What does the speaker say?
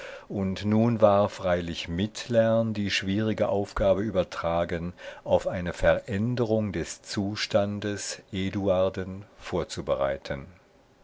und nun war freilich mittlern die schwierige aufgabe übertragen auf eine veränderung des zustandes eduarden vorzubereiten